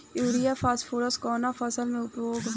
Urea phosphorus कवना फ़सल में उपयोग होला?